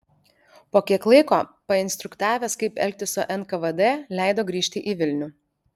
po kiek laiko painstruktavęs kaip elgtis su nkvd leido grįžti į vilnių